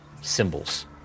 symbols